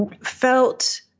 felt